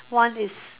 one is